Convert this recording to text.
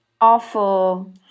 awful